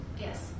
Yes